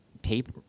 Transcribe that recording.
Paper